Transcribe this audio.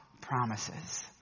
promises